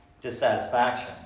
dissatisfaction